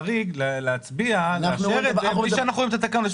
כחריג להצביע ולאשר את זה בלי שאנחנו רואים את התקנות.